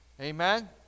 Amen